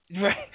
Right